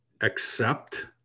accept